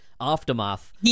aftermath